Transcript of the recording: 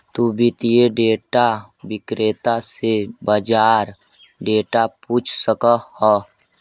तु वित्तीय डेटा विक्रेता से बाजार डेटा पूछ सकऽ हऽ